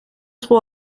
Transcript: trop